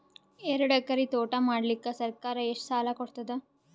ಎರಡು ಎಕರಿ ತೋಟ ಮಾಡಲಿಕ್ಕ ಸರ್ಕಾರ ಎಷ್ಟ ಸಾಲ ಕೊಡತದ?